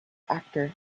actor